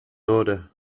order